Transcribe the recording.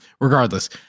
regardless